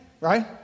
right